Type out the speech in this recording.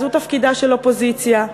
זו תפקידה של אופוזיציה.